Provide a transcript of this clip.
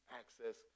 access